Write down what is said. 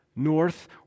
north